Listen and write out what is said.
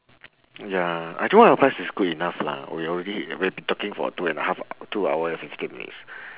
ya two and a half is good enough lah we already we have been talking for two and a half two hours and fifteen minutes